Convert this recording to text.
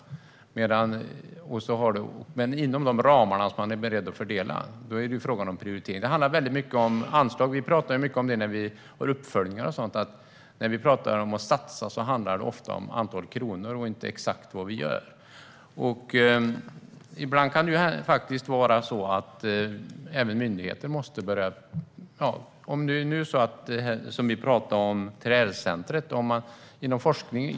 Inom de ramar där man är beredd att fördela är det fråga om prioriteringar. Det handlar om anslag, och vi talar mycket om det när vi har uppföljningar. När vi talar om att satsa handlar det ofta om antal kronor och inte om exakt vad vi gör. Vi talade om 3R-center.